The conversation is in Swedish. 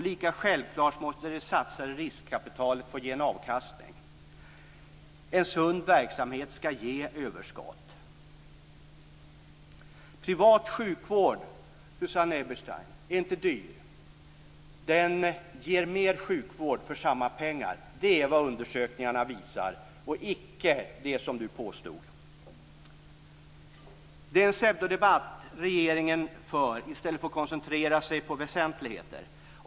Lika självklart måste det satsade riskkapitalet få ge en avkastning. En sund verksamhet ska ge överskott. Privat sjukvård, Susanne Eberstein, är inte dyr. Den ger mer sjukvård för samma pengar. Det visar undersökningarna. De visar icke det som Susanne Eberstein påstod. Regeringen för en pseudodebatt i stället för att koncentrera sig på väsentligheter.